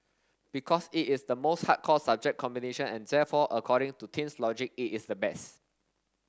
because it is the most hardcore subject combination and therefore according to teens logic it is the best